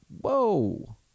whoa